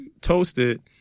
toasted